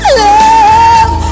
love